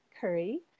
curry